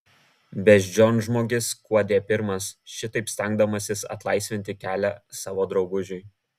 beždžionžmogis skuodė pirmas šitaip stengdamasis atlaisvinti kelią savo draugužiui